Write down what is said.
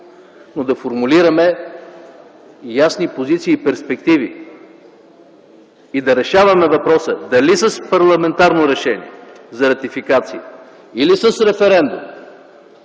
а да формулираме ясни позиции и перспективи и да решаваме въпроса – дали с парламентарно решение за ратификация или с референдум,